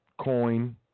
coin